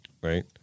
right